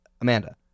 Amanda